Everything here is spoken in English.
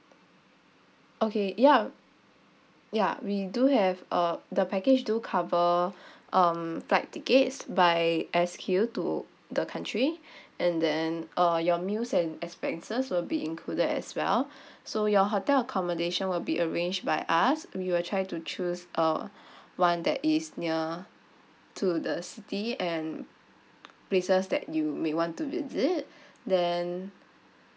okay ya ya we do have uh the package do cover um flight tickets by S_Q to the country and then uh your meals and expenses will be included as well so your hotel accommodation will be arranged by us we will try to choose uh one that is near to the city and places that you may want to visit then